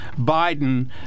Biden